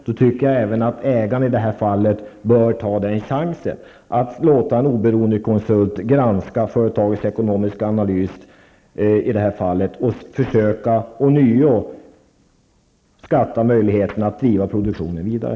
Därför tycker jag att ägarna bör ta chansen och låta en oberoende konsult granska företagets ekonomiska analys och ånyo försöka skatta möjligheterna att driva produktionen vidare.